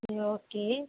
சரி ஓகே